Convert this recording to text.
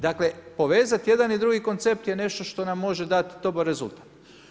Dakle povezat jedan i drugi koncept je nešto što nam može dati dobar rezultat.